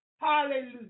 Hallelujah